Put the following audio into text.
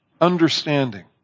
understanding